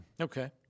Okay